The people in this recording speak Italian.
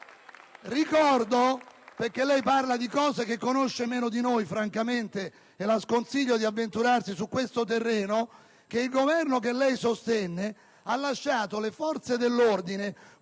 Ricordo - perché lei parla di cose che conosce meno di noi, senatrice Finocchiaro, e francamente le sconsiglio di avventurarsi su questo terreno - che il Governo che lei sostenne ha lasciato le forze dell'ordine